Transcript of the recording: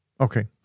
Okay